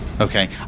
Okay